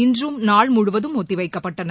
இன்றும் நாள் முழுவதும் ஒத்திவைக்கப்பட்டன